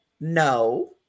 no